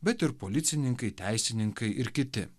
bet ir policininkai teisininkai ir kiti